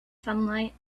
sunlight